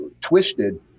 twisted